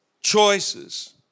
choices